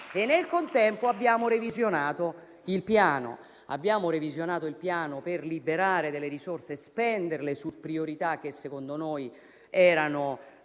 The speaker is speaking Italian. e, nel contempo, abbiamo revisionato il Piano per liberare delle risorse e spenderle su priorità che, secondo noi, sono